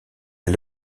est